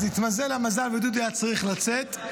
אז התמזל המזל ודודי היה צריך לצאת,